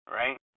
right